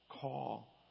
call